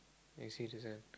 next see to them